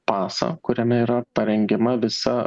pasą kuriame yra parengiama visa